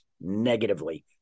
negatively